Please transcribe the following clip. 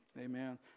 Amen